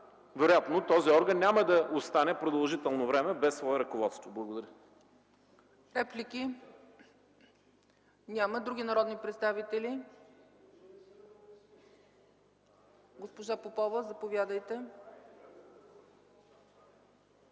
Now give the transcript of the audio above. Вероятно този орган няма да остане продължително време без свое ръководство. Благодаря ПРЕДСЕДАТЕЛ ЦЕЦКА ЦАЧЕВА: Реплики? Няма. Други народни представители? Госпожо Попова, заповядайте.